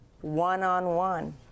one-on-one